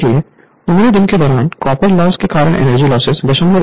इसलिए यह आउटपुट 170 है और यह मेरा कॉपर लॉस है और यह एनर्जी के लिहाज से एनर्जी है